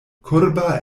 kurba